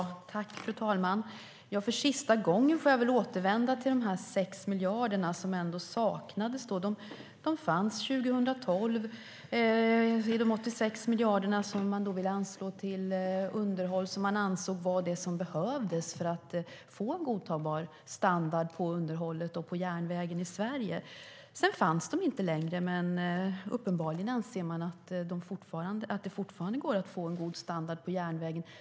Fru talman! För sista gången får jag återvända till frågan om de 6 miljarderna som saknades. De fanns 2012 i de 86 miljarder som man då ville anslå till det underhåll som man ansåg behövdes för att få en godtagbar standard på underhållet och på järnvägen i Sverige. Sedan fanns de inte längre, men uppenbarligen anser man att det fortfarande går att få god standard på järnvägen.